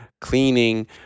cleaning